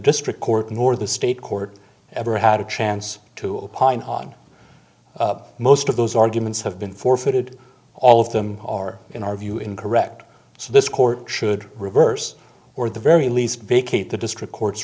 district court nor the state court ever had a chance to a pint on most of those arguments have been forfeited all of them are in our view incorrect so this court should reverse or at the very least vacate the district court